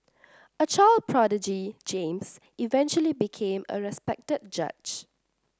a child prodigy James eventually became a respected judge